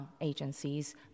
agencies